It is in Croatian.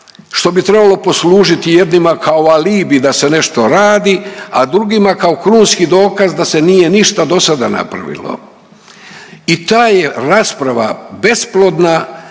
što bi trebalo poslužiti jednima kao alibi da se nešto radi, a drugima kao krunski dokaz da se nije ništa dosada napravilo. I ta je rasprava besplodna